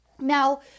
Now